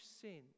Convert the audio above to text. sin